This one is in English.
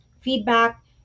feedback